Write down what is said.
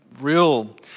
real